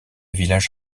village